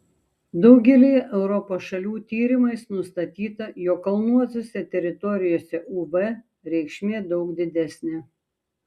daugelyje europos šalių tyrimais nustatyta jog kalnuotose teritorijose uv reikšmė daug didesnė